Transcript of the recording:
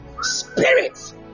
Spirits